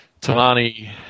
Tamani